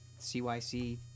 CYC